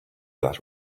that